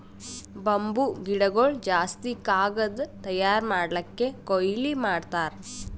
bamboo ಗಿಡಗೊಳ್ ಜಾಸ್ತಿ ಕಾಗದ್ ತಯಾರ್ ಮಾಡ್ಲಕ್ಕೆ ಕೊಯ್ಲಿ ಮಾಡ್ತಾರ್